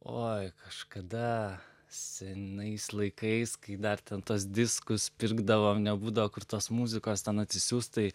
oi kažkada senais laikais kai dar ten tuos diskus pirkdavom nebūdavo kur tos muzikos ten atsisiųst tai